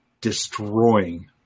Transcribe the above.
destroying